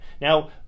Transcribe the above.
Now